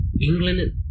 England